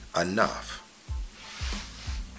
enough